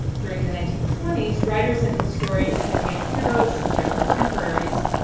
during the nineteen twenty s, writers and historians had made heroes of their contemporaries,